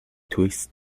twist